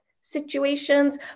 situations